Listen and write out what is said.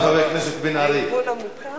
הכנסת בן-ארי.